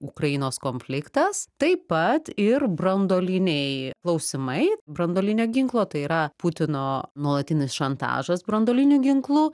ukrainos konfliktas taip pat ir branduoliniai klausimai branduolinio ginklo tai yra putino nuolatinis šantažas branduoliniu ginklu